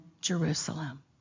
Jerusalem